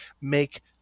make